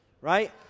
right